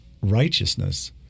righteousness